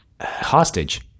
Hostage